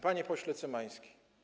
Panie Pośle Cymański!